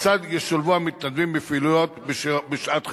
כיצד ישולבו המתנדבים בפעילויות בשעת חירום,